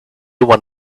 won